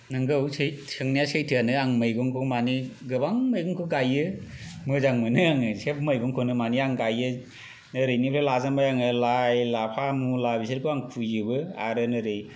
नोंगौ सैथो सोंनाया सैथोआनो आं मैगंखौ माने गोबां मैगंखौ गायो मोजां मोनो आङो सोब मैगंखौनो माने आं गायो ओरैनो बे लाजामबाय आं लाइ लाफा मुला बेसोरखौ आं फुयोबो आरो नोरै